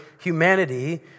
humanity